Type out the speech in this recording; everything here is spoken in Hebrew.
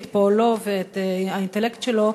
את פועלו ואת האינטלקט שלו,